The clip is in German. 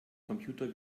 computer